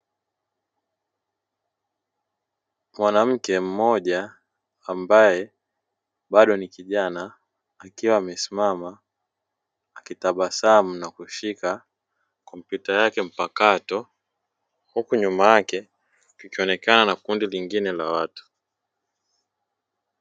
Mwanamke mmoja, ambae, bado ni kijana, akiwa amesimama, akitabasamu na kushika, kompyuta yake mpakato, huku nyuma yake, kukionekana na kundi lingine la watu.